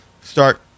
start